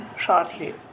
shortly